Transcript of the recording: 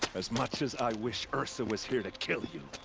as much as i wish ersa was here to kill you.